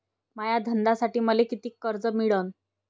माया धंद्यासाठी मले कितीक कर्ज मिळनं?